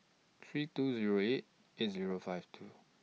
three two Zero eight eight Zero five two